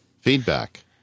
Feedback